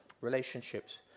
Relationships